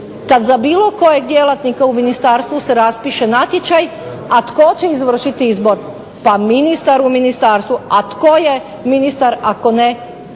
kada za bilo kojeg djelatnika u Ministarstvu se raspiše natječaj a tko će izvršiti izbor, pa ministar u ministarstvu. A tko je ministar ako ne